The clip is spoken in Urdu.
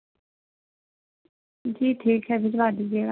سر ہمارے پاس سب سے بہترین یہ ہے کہ گولڈن کلر کے بھی ہیں